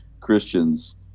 Christians